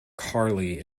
carley